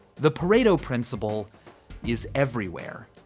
the pareto principle is everywhere,